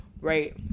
right